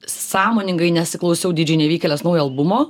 sąmoningai nesiklausiau dy džei nevykėlės naujo albumo